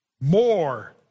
more